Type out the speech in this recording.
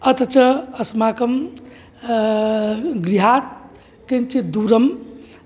अथ च अस्माकं गृहात् किञ्चित् दूरं